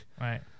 Right